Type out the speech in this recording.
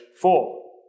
four